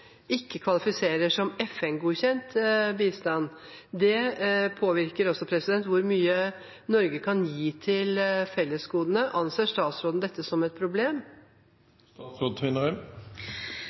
kvalifiserer som FN-godkjent bistand. Det påvirker også hvor mye Norge kan gi til fellesgodene. Anser statsråden dette som et problem?